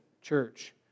church